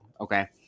Okay